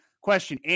Question